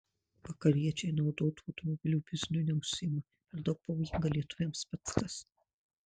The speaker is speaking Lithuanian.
vakariečiai naudotų automobilių bizniu neužsiima per daug pavojinga lietuviams pats tas